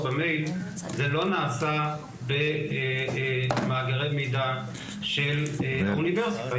במייל זה לא נעשה במאגרי מידע של האוניברסיטה,